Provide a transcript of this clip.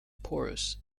porous